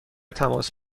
تماس